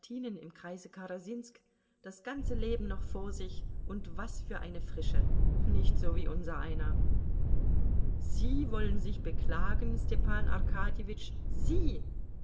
im kreise karasinsk das ganze leben noch vor sich und was für eine frische nicht so wie unsereiner sie wollen sich beklagen stepan arkadjewitsch sie